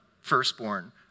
firstborn